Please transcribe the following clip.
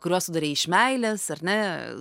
kuriuos tu darei iš meilės ar ne